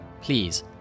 Please